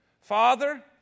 Father